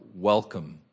welcome